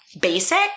Basic